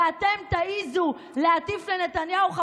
ואתם תעזו להטיף לנתניהו?